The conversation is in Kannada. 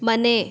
ಮನೆ